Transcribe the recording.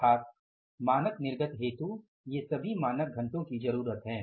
अर्थात मानक निर्गत हेतु ये सभी मानक घंटो की जरुरत हैं